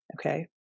Okay